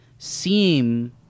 seem